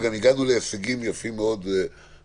בסופו של דבר, הגענו להישגים יפים מאוד בהחלטות.